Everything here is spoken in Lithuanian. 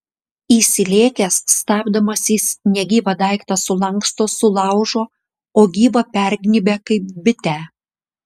įsilėkęs stabdomas jis negyvą daiktą sulanksto sulaužo o gyvą pergnybia kaip bitę